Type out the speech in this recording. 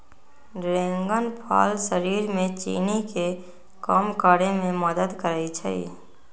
dragon फल शरीर में चीनी के कम करे में मदद करई छई